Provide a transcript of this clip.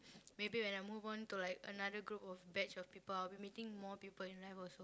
maybe when I move on to like another group of batch of people I will be meeting more people in life also